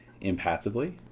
impassively